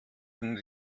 den